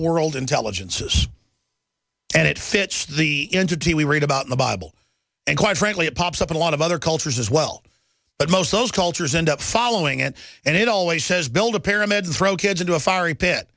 world intelligences and it fits the entity we read about in the bible and quite frankly it pops up in a lot of other cultures as well but most those cultures end up following it and it always says build a pyramid and throw kids into a fi